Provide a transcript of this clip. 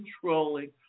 controlling